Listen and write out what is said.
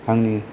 आंनि